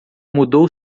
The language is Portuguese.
mudou